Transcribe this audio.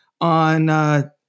on